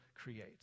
create